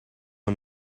een